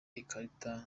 ikarita